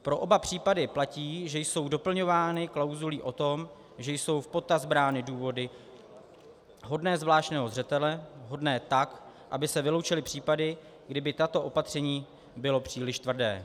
Pro oba případy platí, že jsou doplňovány klauzulí o tom, že jsou v potaz brány důvody hodné zvláštního zřetele, hodné tak, aby se vyloučily případy, kdy by toto opatření bylo příliš tvrdé.